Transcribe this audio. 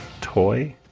toy